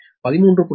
ஏ 13